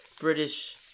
British